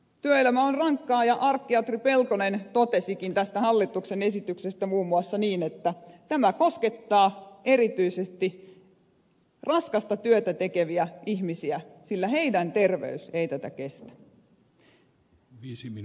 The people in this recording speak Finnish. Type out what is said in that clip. työelämä on rankkaa ja arkkiatri pelkonen totesikin tästä hallituksen esityksestä muun muassa niin että tämä koskettaa erityisesti raskasta työtä tekeviä ihmisiä sillä heidän terveytensä ei tätä kestä